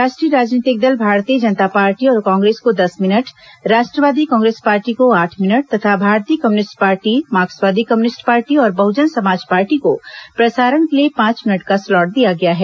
राष्ट्रीय राजनीतिक दल भारतीय जनता पार्टी और कांग्रेस को दस मिनट राष्ट्रवादी कांग्रेस पार्टी को आठ मिनट तथा भारतीय कम्युनिस्ट पार्टी मार्क्सवादी कम्युनिस्ट पार्टी और बहुजन समाज पार्टी को प्रसारण के लिए पांच मिनट का स्लॉट दिया गया है